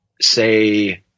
say